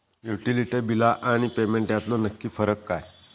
Utility बिला आणि payment यातलो नक्की फरक काय हा?